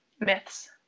Myths